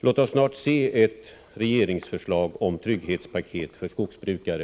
Låt oss snart få se ett regeringsförslag om trygghetspaket för skogsbrukare!